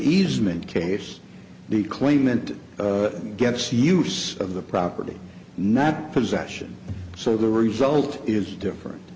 easement case the claimant gets use of the property not possession so the result is different